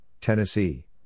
Tennessee